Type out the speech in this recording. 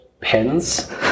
pens